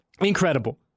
incredible